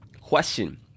Question